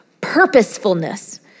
purposefulness